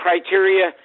criteria